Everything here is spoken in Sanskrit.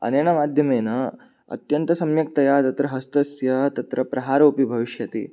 अनेन माध्यमेन अत्यन्तसम्यक्तया तत्र हस्तस्य तत्र प्रहारोऽपि भविष्यति